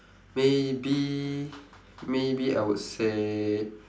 maybe maybe I would say